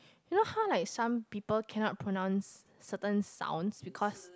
you know how like some people cannot pronounce certain sounds because